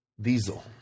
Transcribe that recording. diesel